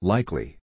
Likely